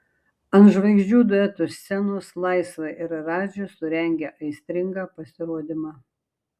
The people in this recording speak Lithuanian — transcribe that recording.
ant žvaigždžių duetų scenos laisva ir radži surengė aistringą pasirodymą